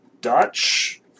Dutch